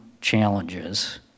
challenges